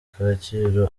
kacyiru